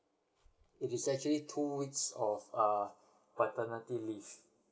it is actually two weeks of uh paternity leave